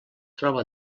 troba